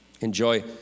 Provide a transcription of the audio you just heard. Enjoy